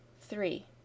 Three